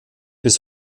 bis